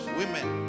women